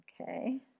Okay